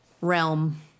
realm